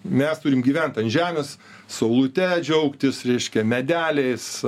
mes turim gyvent ant žemės saulute džiaugtis reiškia medeliais